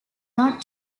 not